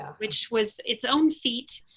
ah which was its own feet.